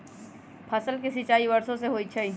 फसल के सिंचाई वर्षो से होई छई